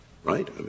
Right